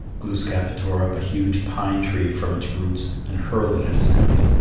glooskap tore up a huge pine tree from its roots and hurled it at his enemy.